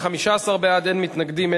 ובכן, חברי הכנסת אריאל ומולה לא נמצאים,